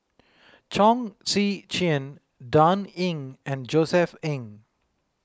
Chong Tze Chien Dan Ying and Josef Ng